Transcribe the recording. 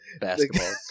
basketball